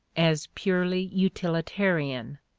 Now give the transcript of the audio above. as purely utilitarian,